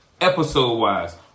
episode-wise